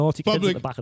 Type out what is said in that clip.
public